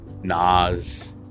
Nas